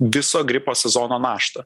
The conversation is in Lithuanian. viso gripo sezono naštą